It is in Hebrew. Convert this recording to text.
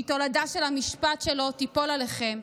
שהיא תולדה של המשפט שלו תיפול עליכם.